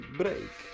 break